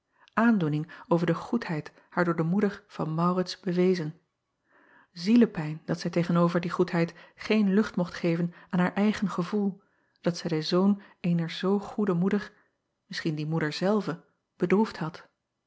aandoening over de goedheid haar door de moeder van aurits bewezen zielepijn dat zij tegen-over die goedheid geen lucht mocht geven aan haar eigen gevoel dat zij den zoon eener zoo goede moeder misschien die moeder zelve bedroefd had